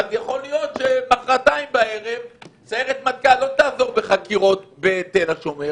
אז יכול להיות שמחרתיים בערב סיירת מטכ"ל לא תעזור בחקירות בתל השומר,